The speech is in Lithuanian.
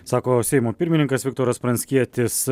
sako seimo pirmininkas viktoras pranckietis